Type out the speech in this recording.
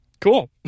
Cool